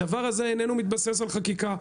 הדבר הזה איננו מתבסס על חקיקה.